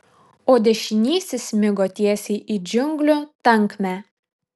o dešinysis smigo tiesiai į džiunglių tankmę